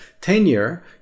tenure